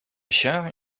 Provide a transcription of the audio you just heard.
się